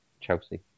Chelsea